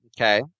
okay